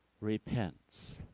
repents